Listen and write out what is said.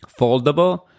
foldable